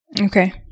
Okay